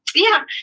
yeah.